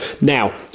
Now